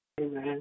Amen